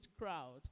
crowd